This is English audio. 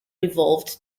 evolved